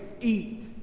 eat